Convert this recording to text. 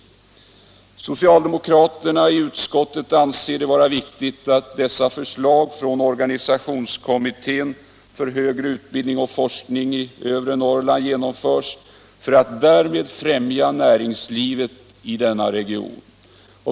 Socialdemokraterna i utskottet anser det vara viktigt att dessa förslag från organisationskommittén för högre teknisk utbildning och forskning i övre Norrland genomförs för att därmed främja näringslivet i denna region.